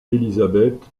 elizabeth